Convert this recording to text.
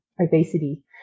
obesity